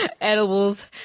edibles